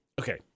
Okay